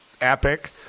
epic